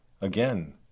Again